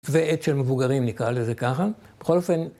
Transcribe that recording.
כתבי עת של מבוגרים נקרא לזה ככה. בכל אופן...